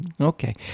Okay